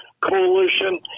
Coalition